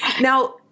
Now